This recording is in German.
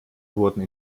wurden